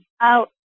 out